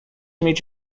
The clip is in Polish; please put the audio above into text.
mieć